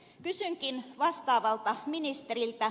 kysynkin vastaavalta ministeriltä